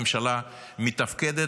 בממשלה מתפקדת,